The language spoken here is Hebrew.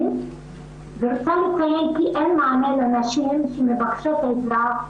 רוצה לציין שאין מענה לנשים שמבקשות עזרה.